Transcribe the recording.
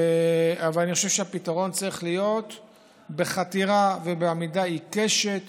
אבל אני חושב שהפתרון צריך להיות בחתירה ובעמידה עיקשת